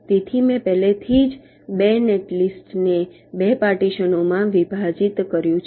તેથી મેં પહેલાથી જ 2 નેટલિસ્ટને 2 પાર્ટીશનોમાં વિભાજિત કર્યું છે